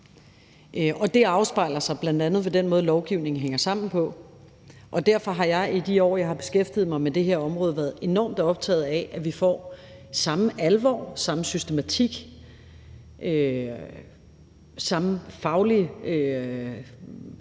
Og det afspejler sig bl.a. i den måde, lovgivningen hænger sammen på, og derfor har jeg i de år, hvor jeg har beskæftiget mig med det her område, været enormt optaget af, at vi får samme alvor, samme systematik og samme faglige